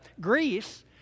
Greece